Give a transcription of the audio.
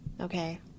okay